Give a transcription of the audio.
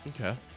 Okay